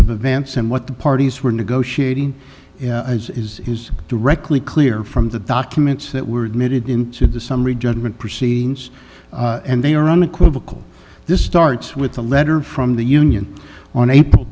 of events and what the parties were negotiating as is is directly clear from the documents that were admitted into the summary judgment proceedings and they are unequivocal this starts with a letter from the union on april